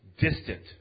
distant